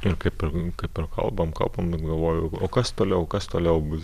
ir kaip ir kaip ir kalbam kalbam ir galvoju o kas toliau kas toliau bus